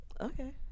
Okay